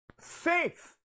faith